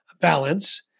balance